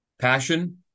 Passion